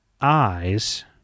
eyes